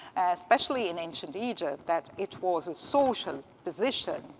especially in ancient egypt, that it was a social position,